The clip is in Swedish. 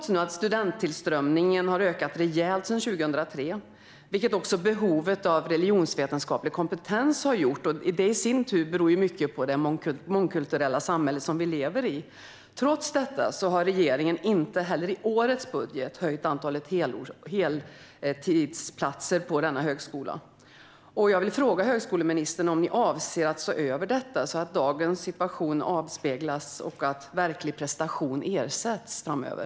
Studenttillströmningen har ökat rejält sedan 2003, vilket också behovet av religionsvetenskaplig kompetens har gjort, vilket i sin tur i mycket beror på det mångkulturella samhälle vi lever i. Trots detta har regeringen inte heller i årets budget ökat antalet heltidsplatser på denna högskola. Jag vill fråga högskoleministern om ni avser att se över detta så att dagens situation avspeglas och att verklig prestation ersätts framöver.